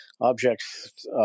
objects